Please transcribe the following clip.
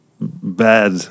bad